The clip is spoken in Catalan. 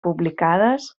publicades